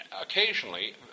occasionally